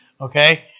okay